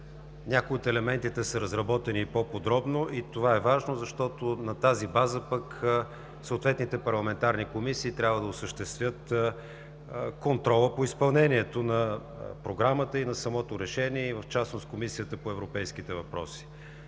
Някои от елементите са разработени по-подробно и това е важно, защото на тази база съответните парламентарни комисии трябва да осъществят контрола по изпълнението на Програмата и на самото решение, и в частност Комисията по европейските въпроси.